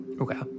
Okay